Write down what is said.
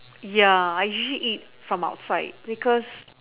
ya I usually eat from outside because